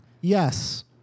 Yes